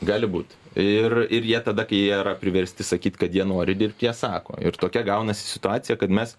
gali būt ir ir jie tada kai jie yra priversti sakyt kad jie nori dirbt jie sako ir tokia gaunasi situacija kad mes